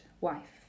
wife